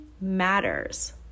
matters